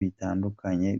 bitandukanye